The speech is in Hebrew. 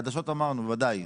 חדשות אמרנו, בוודאי.